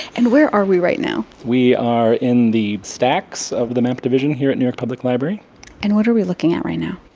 and where are we right now? we are in the stacks of the map division here at new york public library and what are we looking at right now?